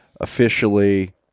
officially